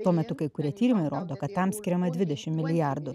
tuo metu kai kurie tyrimai rodo kad tam skiriama dvidešim milijardų